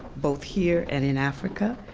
both here and in africa,